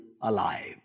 alive